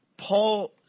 Paul